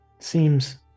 Seems